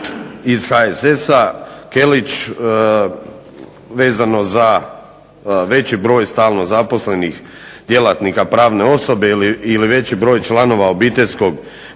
iz HSS-a Kelić vezano za veći broj stalno zaposlenih djelatnika pravne osobe ili veći broj članova obiteljskog